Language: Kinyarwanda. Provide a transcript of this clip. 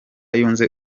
yunze